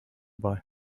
buy